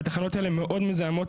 והתחנות האלה מאוד מזהמות,